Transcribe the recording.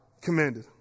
commanded